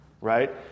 right